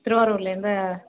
திருவாரூர்லேருந்து